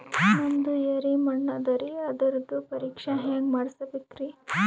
ನಮ್ದು ಎರಿ ಮಣ್ಣದರಿ, ಅದರದು ಪರೀಕ್ಷಾ ಹ್ಯಾಂಗ್ ಮಾಡಿಸ್ಬೇಕ್ರಿ?